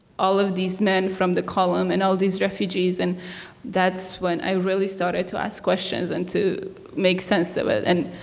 all of these men from the column and all of these refugees and that's when i really started to ask questions questions and to make sense of it. and